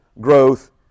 growth